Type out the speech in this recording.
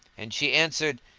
and she answered,